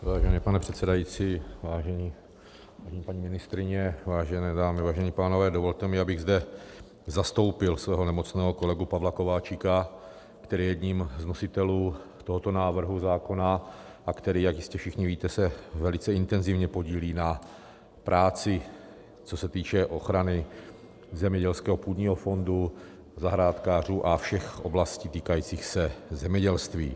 Vážený pane předsedající, vážené paní ministryně, vážené dámy, vážení pánové, dovolte mi, abych zde zastoupil svého nemocného kolegu Pavla Kováčika, který je jedním z nositelů tohoto návrhu zákona a který, jak jistě všichni víte, se velice intenzivně podílí na práci, co se týče ochrany zemědělského půdního fondu, zahrádkářů a všech oblastí týkajících se zemědělství.